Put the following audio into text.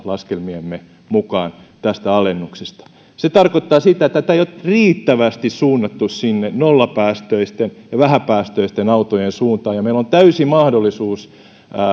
laskelmiemme mukaan yhdeksäntoista euroa tästä alennuksesta se tarkoittaa sitä että tätä ei ole riittävästi suunnattu sinne nollapäästöisten ja vähäpäästöisten autojen suuntaan meillä on täysi mahdollisuus